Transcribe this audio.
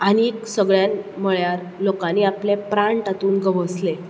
आनीक सगल्यांत म्हळ्यार लोकांनी आपले प्राण तातूंत गवसले